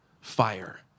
fire